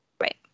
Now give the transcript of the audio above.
right